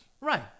Right